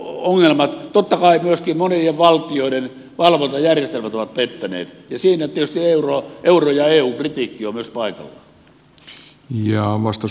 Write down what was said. totta kai myöskin monien valtioiden valvontajärjestelmät ovat pettäneet ja siinä tietysti euro ja eu kritiikki ovat myös paikallaan